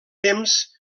temps